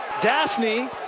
Daphne